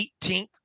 18th